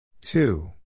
Two